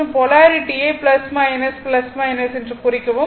மற்றும் போலாரிட்டியை என்று குறிக்கவும்